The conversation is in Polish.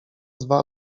dwa